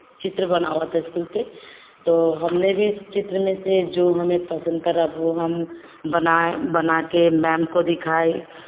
चित्र बना हुआ था इस्कूल पे तो हमने भी इस चित्र में से जो हमें पसन्द पड़ा वो हम बनाए बना के मैम को दिखाए